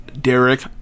Derek